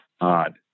odd